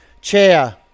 Chair